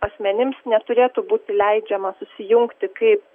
asmenims neturėtų būti leidžiama susijungti kaip